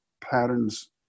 patterns